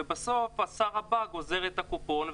ובסוף השר הבא גוזר את הקופון,